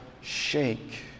shake